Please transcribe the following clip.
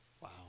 Wow